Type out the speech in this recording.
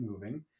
moving